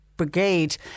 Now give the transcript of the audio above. Brigade